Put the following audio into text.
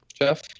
Jeff